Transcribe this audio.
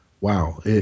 wow